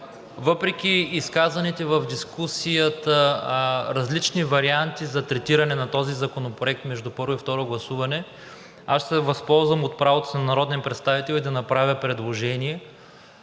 Въпреки изказаните в дискусията различни варианти за третиране на този законопроект, между първо и второ гласуване, аз ще се възползвам от правото си на народен представител да направя предложение,